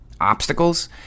obstacles